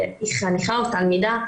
חניכה או תלמידה,